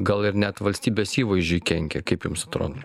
gal ir net valstybės įvaizdžiui kenkia kaip jums atrodo